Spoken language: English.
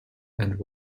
and